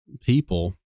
people